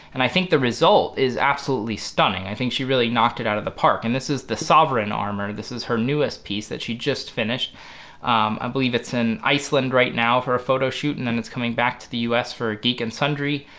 and i think the result is absolutely stunning. i think she really knocked it out of the park and this is the sovereign armor this is her newest piece that she just finished i believe it's in iceland right now for a photo shoot and then it's coming back to the us for geek and sundry